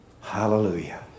Hallelujah